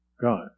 God